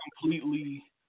completely